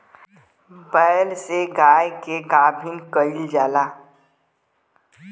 बैल से गाय के गाभिन कइल जाला